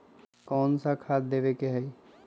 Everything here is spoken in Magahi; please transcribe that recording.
कोन सा खाद देवे के हई?